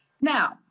now